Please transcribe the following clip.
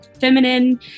feminine